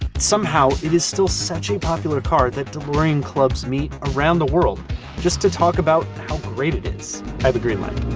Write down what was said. somehow it is still such a popular car that delorean clubs meet around the world just to talk about how but great it is. i have a green light.